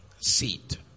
seat